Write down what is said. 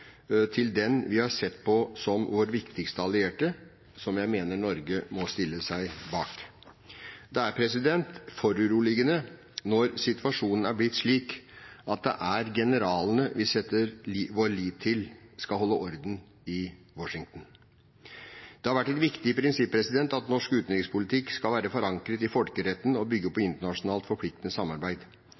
til den vi har sett på som vår viktigste allierte, som jeg mener Norge må stille seg bak. Det er foruroligende når situasjonen er blitt slik at det er generalene vi setter vår lit til skal holde orden i Washington. Det har vært et viktig prinsipp at norsk utenrikspolitikk skal være forankret i folkeretten og bygge på internasjonalt forpliktende samarbeid.